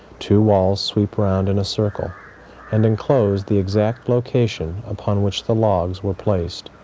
two walls sweep around in a circle and enclose the exact location upon which the logs were placed.